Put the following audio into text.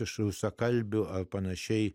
iš rusakalbių ar pan